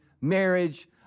marriage